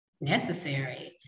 necessary